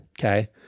okay